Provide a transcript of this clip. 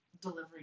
delivery